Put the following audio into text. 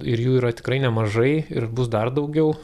ir jų yra tikrai nemažai ir bus dar daugiau